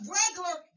regular